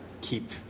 keep